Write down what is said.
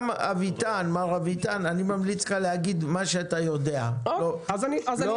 מר אביטן, אני ממליץ לך להגיד מה שאתה יודע, לא